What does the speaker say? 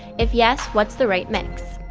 if yes, what's the right mix?